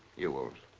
you won't.